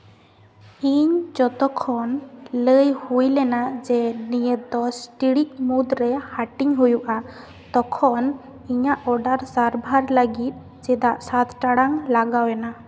ᱤᱧ ᱡᱚᱛᱚᱠᱷᱚᱱ ᱞᱟᱹᱭ ᱦᱩᱭ ᱞᱮᱱᱟ ᱡᱮ ᱱᱤᱭᱟᱹ ᱫᱚᱥ ᱴᱤᱲᱤᱡ ᱢᱩᱫᱽᱨᱮ ᱦᱟᱹᱴᱤᱧ ᱦᱩᱭᱩᱜᱼᱟ ᱛᱚᱠᱷᱚᱱ ᱤᱧᱟᱹᱜ ᱚᱰᱟᱨ ᱥᱟᱨᱵᱷᱟᱨ ᱞᱟᱹᱜᱤᱫ ᱪᱮᱫᱟᱜ ᱥᱟᱛ ᱴᱟᱲᱟᱝ ᱞᱟᱜᱟᱣ ᱮᱱᱟ